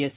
S